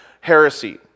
heresy